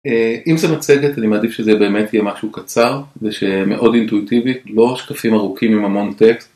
אם זה מצגת אני מעדיף שזה באמת יהיה משהו קצר ומאוד אינטואיטיבי לא שקפים ארוכים עם המון טקסט